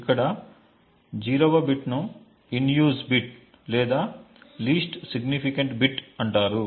ఇక్కడ 0 వ బిట్ ను ఇన్ యూజ్ బిట్ లేదా లీస్ట్ సిగ్నిఫికెంట్ బిట్ అంటారు